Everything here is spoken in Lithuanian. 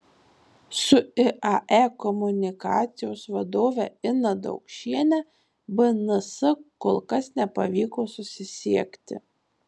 su iae komunikacijos vadove ina daukšiene bns kol kas nepavyko susisiekti